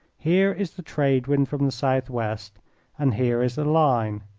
here is the trade wind from the southwest and here is the line,